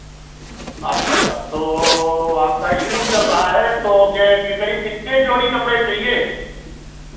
अच्छा अच्छा तो आपका इस्कूल चल रहा है तो कै करीब कितने जोड़ी कपड़े चाहिए